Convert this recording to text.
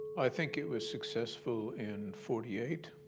i think it was successful in forty eight.